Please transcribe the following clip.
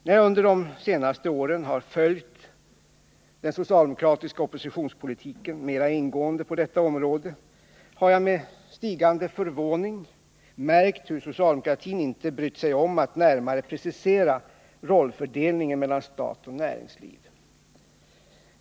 När jag under de senaste åren har följt den socialdemokratiska oppositionspolitiken mera ingående på detta område, har jag med stigande förvåning märkt att socialdemokratin inte brytt sig om att närmare precisera rollfördelningen mellan stat och näringsliv.